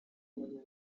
igerageza